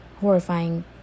horrifying